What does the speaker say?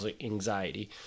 anxiety